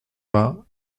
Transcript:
vingts